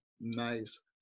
nice